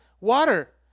water